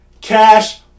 Cash